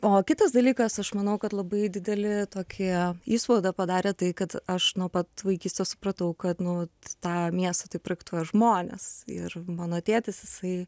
o kitas dalykas aš manau kad labai didelį tokį įspaudą padarė tai kad aš nuo pat vaikystės supratau kad nu tą miestą tai projektuoja žmonės ir mano tėtis jisai